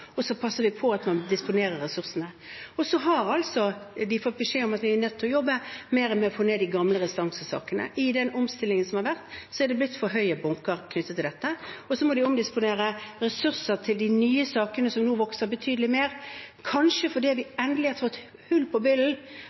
og så passer vi på at man disponerer ressursene. Så har de fått beskjed om at de er nødt til å jobbe mer med å få ned de gamle restansesakene. I den omstillingen som har vært, er det blitt for høye bunker knyttet til dette. Så må de omdisponere ressurser til de nye sakene, som nå vokser betydelig mer, kanskje fordi vi endelig har tatt hull på